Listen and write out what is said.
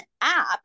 app